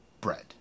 bread